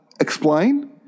explain